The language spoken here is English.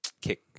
Kick